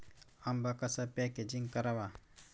आंबा कसा पॅकेजिंग करावा?